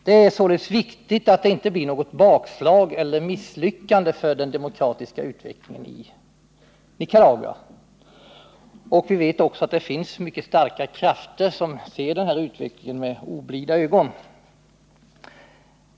Det är således viktigt att det inte blir något bakslag eller misslyckande för den demokratiska utvecklingen i Nicaragua, särskilt mot bakgrund av att vi att stödja Nicaragua vet att det finns mycket starka krafter inom vilka man ser på denna utveckling med oblida ögon.